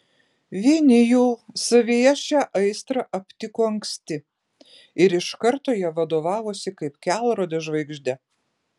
vieni jų savyje šią aistrą aptiko anksti ir iš karto ja vadovavosi kaip kelrode žvaigžde